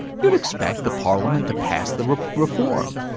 you'd expect the parliament to pass the reform.